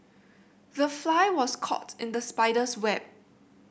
the fly was caught in the spider's web